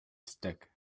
stick